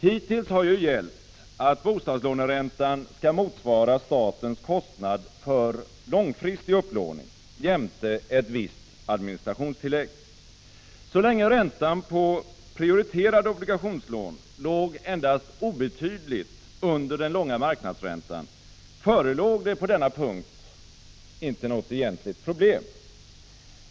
Hittills har ju gällt att bostadslåneräntan skall motsvara statens kostnad för långfristig upplåning jämte ett visst administrationstillägg. Så länge räntan på prioriterade obligationslån låg endast obetydligt under den långa marknadsräntan, förelåg det på denna punkt inte något egentligt problem.